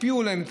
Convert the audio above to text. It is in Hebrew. הקפיאו להם.